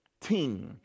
team